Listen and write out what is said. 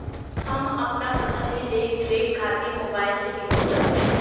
हम अपना फसल के देख रेख खातिर मोबाइल से कइसे जानी?